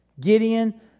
Gideon